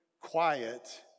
quiet